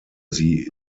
sie